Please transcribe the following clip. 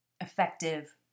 effective